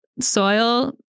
soil